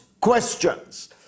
questions